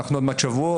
אנחנו עוד מעט בשבועות,